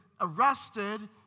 arrested